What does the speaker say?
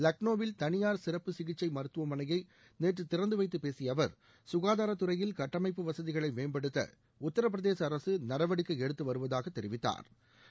லக்னோவில் தனியார் சிறப்பு சிகிச்சை மருத்துவமனையை நேற்று திறந்து வைத்து பேசிய அவர் துறையில் கட்டமைப்பு வசதிகளை மேம்படுத்த உத்தரப்பிரதேச நடவடிக்கை குகாதாரத் எடுத்துவருவதாகவும் தெரிவித்தாா்